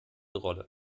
rolle